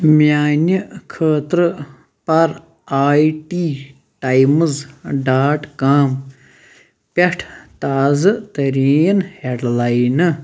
میانہِ خٲطرٕ پَر I T times dot com پیٹھ تازٕ ترین ہیڈلاینہٕ